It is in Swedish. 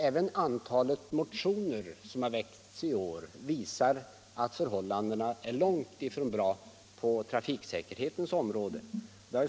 Även antalet motioner som har väckts i år visar att förhållandena är långt ifrån bra på trafiksäkerhetens område.